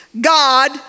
God